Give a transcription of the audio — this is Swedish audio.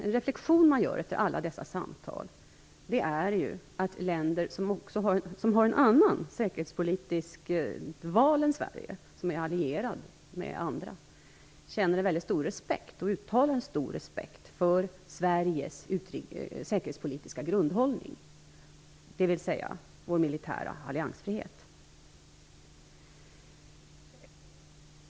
En reflexion man gör efter alla dessa samtal är att länder som har ett annat säkerhetspolitiskt val än Sverige, som är allierade med andra, känner och uttalar stor respekt för Sveriges säkerhetspolitiska grundhållning, dvs. vår militära alliansfrihet.